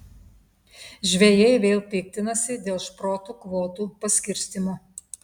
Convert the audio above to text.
žvejai vėl piktinasi dėl šprotų kvotų paskirstymo